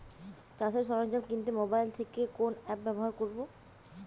চাষের সরঞ্জাম কিনতে মোবাইল থেকে কোন অ্যাপ ব্যাবহার করব?